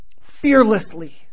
Fearlessly